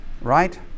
right